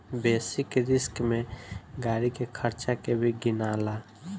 basic risk में गाड़ी के खर्चा के भी गिनाला